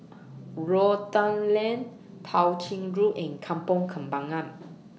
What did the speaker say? Rotan Lane Tao Ching Road and Kampong Kembangan